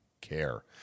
care